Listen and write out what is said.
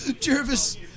Jervis